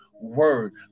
word